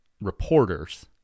reporters